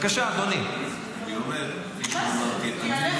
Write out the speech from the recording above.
אני אומר, כפי שאמרתי,